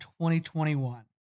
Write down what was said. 2021